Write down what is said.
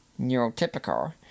neurotypical